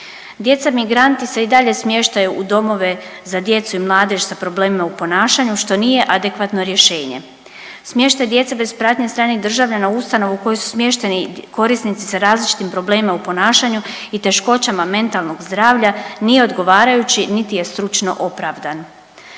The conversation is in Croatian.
Djeca migranti se i dalje smještaju u domove za djecu i mladež sa problemima u ponašanju što nije adekvatno rješenje. Smještaj djece bez pratnje stranih državljana u ustanovu u koju su smješteni korisnici sa različitim problemima u ponašanju i teškoćama mentalnog zdravlja nije odgovarajući niti je stručno opravdan.